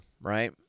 right